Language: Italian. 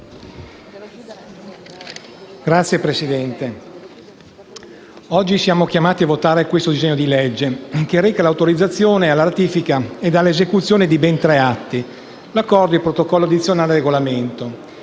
oggi siamo chiamati a votare il disegno di legge che reca l'autorizzazione alla ratifica ed alla esecuzione di ben tre atti (Accordo, protocollo addizionale e regolamento),